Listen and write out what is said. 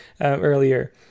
earlier